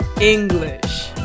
English